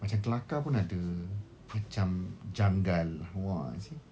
macam kelakar pun ada macam janggal !wah! see